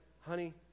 honey